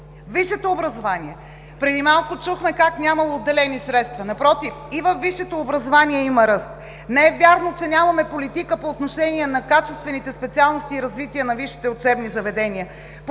Висшето образование. Преди малко чухме как нямало отделени средства. Напротив, и във висшето образование има ръст. Не е вярно, че нямаме политика по отношение на качествените специалности и развитие на висшите учебни заведения!